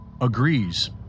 agrees